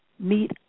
meet